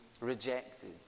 rejected